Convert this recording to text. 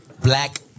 Black